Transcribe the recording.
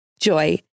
Joy